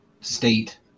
state